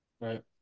Right